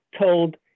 told